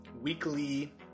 weekly